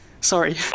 Sorry